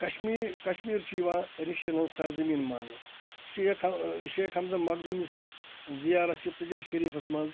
کشمیٖرکشمیٖر چھُ یِوان ریشَن ہُنٛز سَر زمیٖن مانہٕ شیخ حم شیخ حمزہ مخدومی سٕنٛز زِیارَت چھِ تُجَر شَریفَس مَنٛز